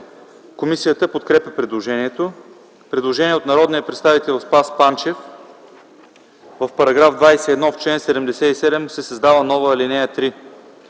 Комисията подкрепя предложението. Предложение от народния представител Спас Панчев: В § 21: 1. В чл. 77 се създава нова ал. 3: